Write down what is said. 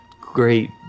great